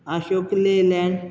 Ashok Leyland